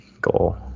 goal